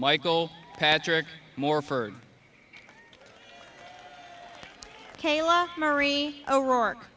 michael patrick morford kayla marie o'rourke